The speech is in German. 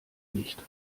nicht